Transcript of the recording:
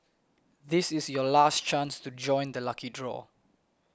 this is your last chance to join the lucky draw